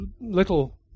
little